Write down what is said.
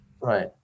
Right